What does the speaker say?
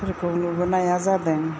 जेखौ नुबोनाया जादों